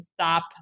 stop